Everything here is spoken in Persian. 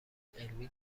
علمی